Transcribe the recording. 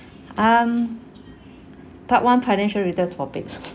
um part one financial related topics